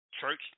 Church